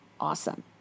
Awesome